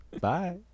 Bye